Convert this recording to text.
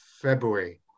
February